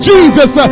Jesus